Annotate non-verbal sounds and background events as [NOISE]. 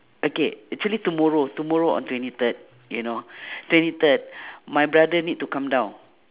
okay actually tomorrow tomorrow on twenty third you know [BREATH] twenty third my brother need to come down